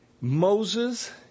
Moses